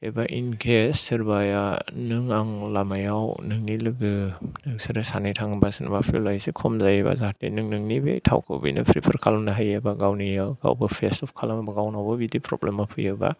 एबा in case सोरबाया नों आं लामायाव नोंनि लोगो नोंसोर सानै थाङोबा सोरनिबा फिउल आ एसे खम जायोबा जाहाथे नों नोंनि बे थावखौ बिनो प्रिफार खालामनो हायो एबा गावनिआव गावबो फेसअफ खालामोबा गावनावबो बिदि प्रब्लेम फैयोबा